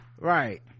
Right